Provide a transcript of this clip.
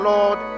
Lord